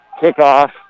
Kickoff